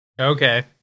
Okay